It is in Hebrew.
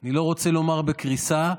אני לא רוצה לומר שהוא בקריסה,